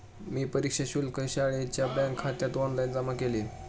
मी परीक्षा शुल्क शाळेच्या बँकखात्यात ऑनलाइन जमा केले